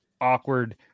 awkward